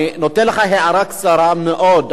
אני נותן לך הערה קצרה מאוד,